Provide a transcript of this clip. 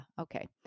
okay